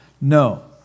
No